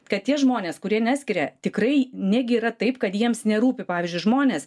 kad tie žmonės kurie neskiria tikrai negi yra taip kad jiems nerūpi pavyzdžiui žmonės